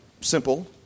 simple